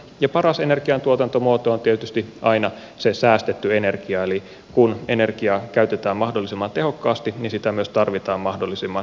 ja paras energiantuotantomuoto on tietysti aina se säästetty energia eli kun energiaa käytetään mahdollisimman tehokkaasti niin sitä myös tarvitaan mahdollisimman vähän